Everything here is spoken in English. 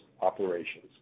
operations